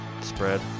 spread